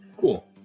Cool